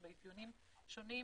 אפיונים שונים.